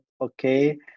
okay